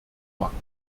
machen